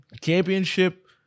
Championship